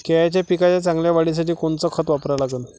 केळाच्या पिकाच्या चांगल्या वाढीसाठी कोनचं खत वापरा लागन?